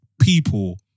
People